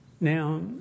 now